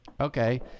Okay